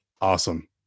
awesome